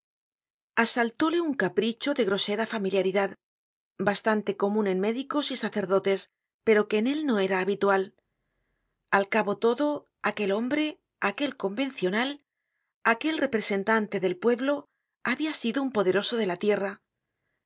asaltóle un capricho de grosera familiaridad bastante comun en médicos y sacerdotes pero que en él no era habitual al cabo todo aquel hombre aquel convencional aquel representante del pueblo habia sido un poderoso de la tierra